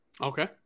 Okay